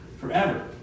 forever